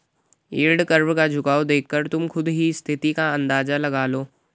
yield curve का झुकाव देखकर तुम खुद ही स्थिति का अंदाजा लगा लो